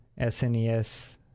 SNES